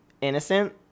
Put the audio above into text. innocent